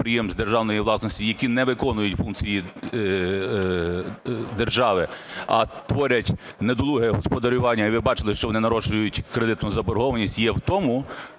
Дякую.